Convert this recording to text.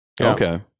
Okay